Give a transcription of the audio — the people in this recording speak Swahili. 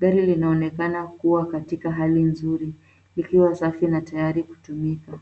Gari linaonekana kuwa katika hali nzuri likiwa safi na tayari kutumika.